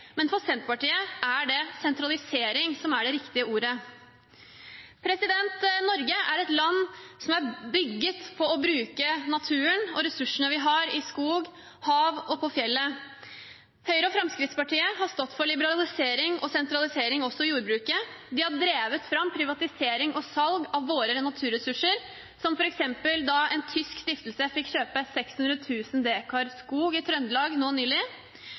men for Senterpartiet er sentralisering det riktige ordet. Norge er et land som er bygd på å bruke naturen og ressursene vi har i skog, i hav og på fjellet. Høyre og Fremskrittspartiet har stått for liberalisering og sentralisering også i jordbruket, og de har drevet fram privatisering og salg av våre naturressurser, som f.eks. da en tysk stiftelse fikk kjøpe 600 000 dekar skog i Trøndelag nå nylig.